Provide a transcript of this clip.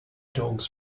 dogs